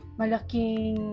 malaking